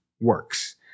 works